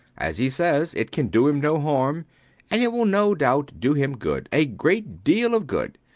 as he says, it can do him no harm and it will no doubt do him good a great deal of good.